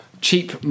Cheap